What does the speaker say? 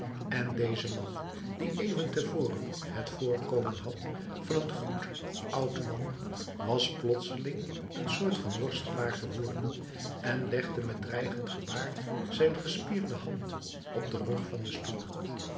en deze man die even te voren het voorkomen had van een goed oud man was plotseling een soort van worstelaar geworden en legde met dreigend gebaar zijn gespierde hand op den rug van den stoel